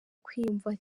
kwiyumva